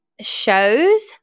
shows